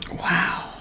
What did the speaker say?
Wow